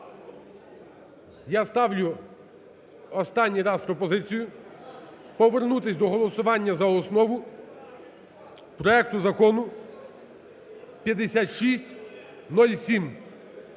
я ставлю останні раз пропозицію повернутись до голосування за основу проекту Закону 5607.